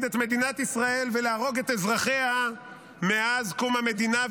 את מדינת ישראל ולהרוג את אזרחיה מאז קום המדינה,